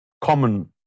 common